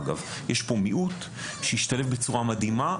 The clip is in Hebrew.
יש פה מיעוט שהשתלב בצורה מדהימה,